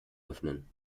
öffnen